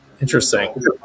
Interesting